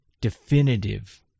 definitive